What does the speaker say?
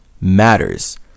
matters